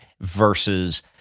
versus